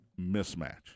mismatch